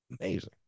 amazing